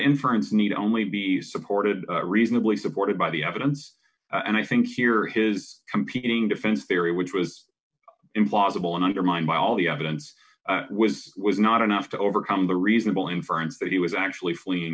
inference need only be supported reasonably supported by the evidence and i think here his competing defense theory which was implausible and undermined by all the evidence was was not enough to overcome the reasonable inference that he was actually fleeing